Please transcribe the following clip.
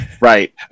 Right